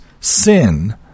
sin